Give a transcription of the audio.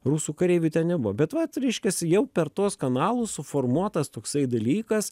rusų kareivių ten nebuvo bet vat reiškiasi jau per tuos kanalus suformuotas toksai dalykas